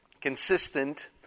consistent